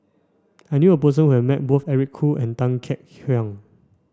I knew a person who has met both Eric Khoo and Tan Kek Hiang